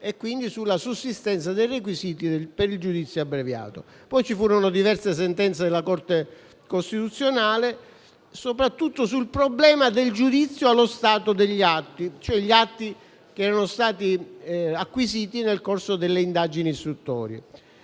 e quindi sulla sussistenza dei requisiti per il giudizio abbreviato. In seguito ci furono diverse sentenze della Corte costituzionale soprattutto sul problema del giudizio allo stato degli atti, quelli cioè che erano stati acquisiti nel corso delle indagini istruttorie